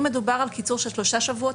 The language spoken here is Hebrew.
אני מבינה שמדובר על קיצור של שלושה שבועות.